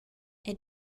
era